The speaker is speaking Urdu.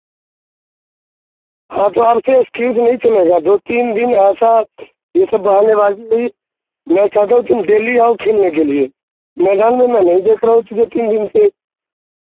ہاں تو آپ سے ایکسکیوز نہیں چلے گا دو تین دن ایسا یہ سب بہانے بازی ہوئی میں چاہتا ہوں تم ڈیلی آؤ کھیلنے کے لیے میدان میں میں نہیں دیکھ رہا ہوں پچھلے تین دن سے